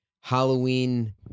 Halloween